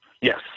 Yes